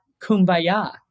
kumbaya